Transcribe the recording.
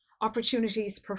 opportunities